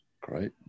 Great